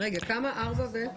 שישה.